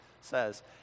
says